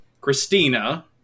Christina